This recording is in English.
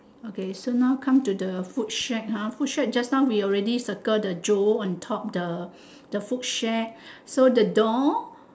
okay so now come to the food shack ah food shack just now we already circle the jewel on top the the food shack so the door